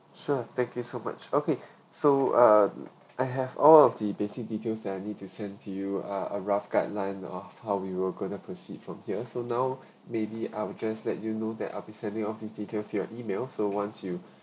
sure thank you so much okay so uh I have all of the basic details that I need to send to you ah a rough guideline of how we were going gonna proceed from here so now maybe I will just let you know that I'll be sending of these details to your emails so once you